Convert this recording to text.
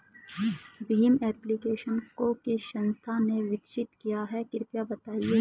Bhim application को किस संस्था ने विकसित किया है कृपया बताइए?